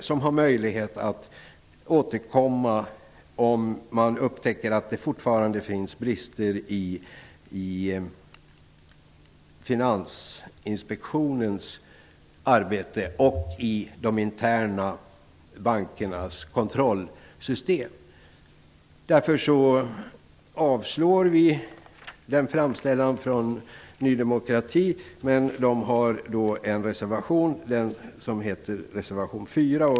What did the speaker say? Där finns det möjlighet att återkomma om man upptäcker att det fortfarande finns brister i Finansinspektionens arbete eller i bankernas interna kontrollsystem. Därför avstyrker utskottet Ny demokratis framställan, men de har alltså sin reservation 4.